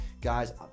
Guys